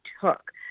took